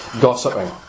gossiping